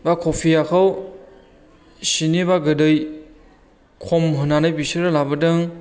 एबा कफिखौ सिनि एबा गोदै खम होनानै बिसोरो लाबोदों